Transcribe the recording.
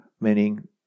meaning